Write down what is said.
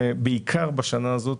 בעיקר בשנה הזאת,